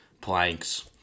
planks